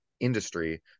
industry